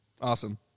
Awesome